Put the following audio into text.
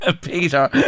Peter